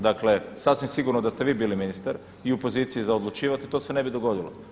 Dakle, sasvim sigurno da ste vi bili ministar i u poziciji za odlučivati to se ne bi dogodilo.